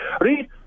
Read